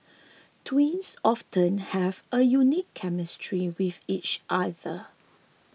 twins often have a unique chemistry with each other